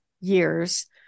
years